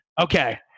Okay